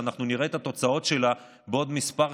שאנחנו נראה את התוצאות שלה בעוד כמה